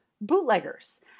bootleggers